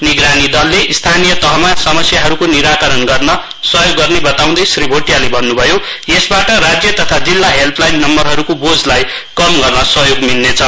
निगरानी दलले स्थानीय तहमा समस्याहरूको निराकरण गर्न सहयोग गर्ने बताउँदै श्री भोटियाले भन्न् भयो यसबाट राज्य तथा जिल्ला हेल्पलाइन नम्बरहरूको बोझलाई कम गर्न सहयोग मिल्नेछ